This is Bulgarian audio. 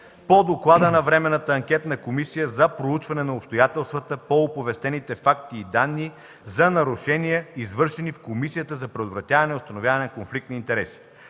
по Доклада на Временната анкетна комисия за проучване на обстоятелствата по оповестените факти и данни за нарушения, извършени в Комисията за предотвратяване и установяване на конфликт на интереси